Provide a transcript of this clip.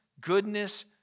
goodness